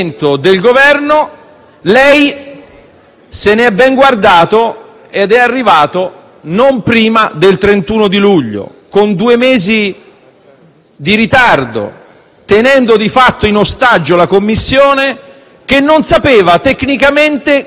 se ne è ben guardato ed è arrivato non prima del 31 luglio, con due mesi di ritardo, tenendo di fatto in ostaggio la Commissione che non sapeva tecnicamente quello che lei aveva in mente di fare.